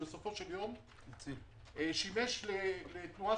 לולא הכביש הזה זה היה יכול להיגמר גרוע יותר.